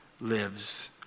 lives